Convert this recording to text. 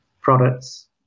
Products